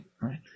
right